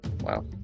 Wow